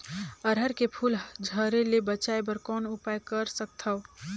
अरहर के फूल झरे ले बचाय बर कौन उपाय कर सकथव?